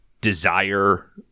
desire